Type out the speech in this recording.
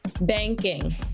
banking